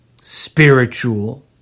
spiritual